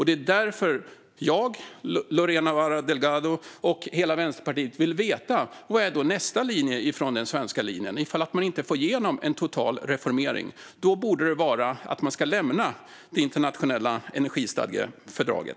Det är därför jag, Lorena Delgado Varas och hela Vänsterpartiet vill veta vad nästa steg i den svenska linjen är om man inte får igenom en total reformering. Det borde vara att man ska lämna det internationella energistadgefördraget.